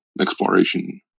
exploration